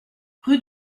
rue